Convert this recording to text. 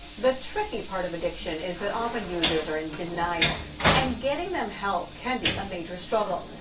the tricky part of addiction is that often users are in denial and getting them help can be a major struggle.